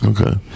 Okay